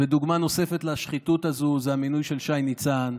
ודוגמה נוספת לשחיתות הזו היא המינוי של שי ניצן,